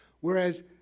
whereas